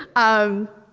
um.